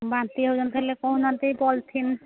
ବାନ୍ତି ହେଉଛି କହିଲେ କହୁନାହାନ୍ତି ପଲିଥିନ